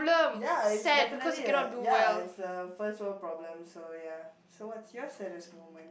ya it's definitely a ya it's a first world problem so ya so what's your saddest moment